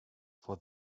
for